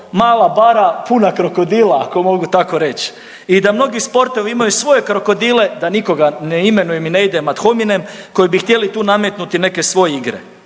mala bara puna krokodila ako mogu tako reć i da mnogi sportovi imaju svoje krokodile da nikoga ne imenujem i ne idem ad hominem koji bi htjeli tu nametnuti neke svoje igre.